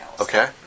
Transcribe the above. Okay